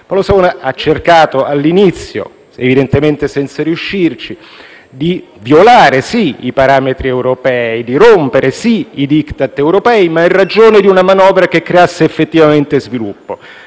Paolo Savona ha cercato all'inizio, evidentemente senza riuscirci, di violare i parametri europei e di rompere i *Diktat* europei ma in ragione di una manovra che creasse effettivamente sviluppo;